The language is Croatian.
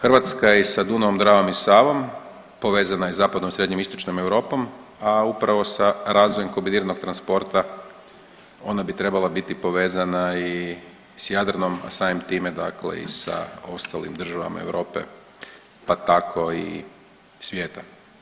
Hrvatska je i sa Dunavom, Dravom i Savom povezana i zapadnom i srednjoistočnom Europom, a upravo sa razvojem kombiniranog transporta ona bi trebala biti povezana i s Jadranom, a samim time dakle i sa ostalim državama Europe, pa tako i svijete.